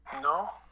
No